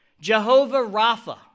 Jehovah-Rapha